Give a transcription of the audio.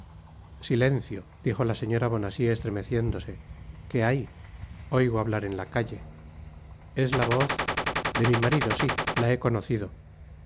silencio dijo la señora bonacieux estremeciéndose qué hay oigo hablar en la calle es la voz de mi marido sí la he conocido